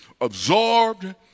absorbed